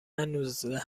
نوزده